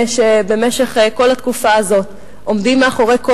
שבמשך כל התקופה הזאת עומדים מאחורי כל